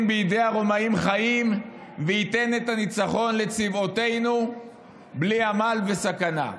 בידי הרומאים חיים וייתן את הניצחון לצבאותינו בלי עמל וסכנה.